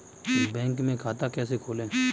Bank में खाता कैसे खोलें?